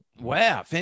Wow